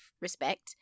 respect